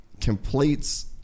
completes